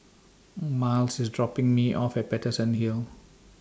Myles IS dropping Me off At Paterson Hill